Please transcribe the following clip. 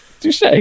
Touche